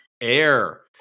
air